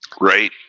right